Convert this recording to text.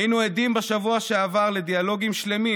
היינו עדים בשבוע שעבר לדיאלוגים שלמים